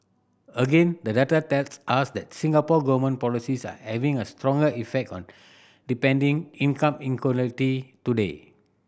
again the data tells us that Singapore Government policies are having a stronger effect on depending income today